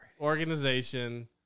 organization